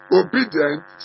obedient